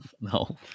No